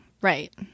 Right